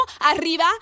Arriba